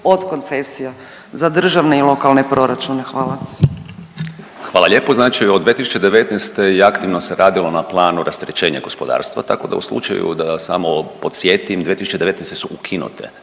od koncesija za državne i lokalne proračune? Hvala. **Bujanović, Hrvoje** Hvala lijepo. Znači od 2019. je aktivno se radilo na planu rasterećenja gospodarstva tako da u slučaju da samo podsjetim 2019. su ukinute